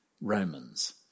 Romans